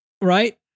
right